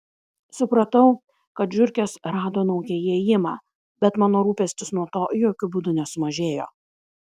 supratau kad žiurkės rado naują įėjimą bet mano rūpestis nuo to jokiu būdu nesumažėjo